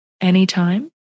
anytime